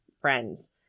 friends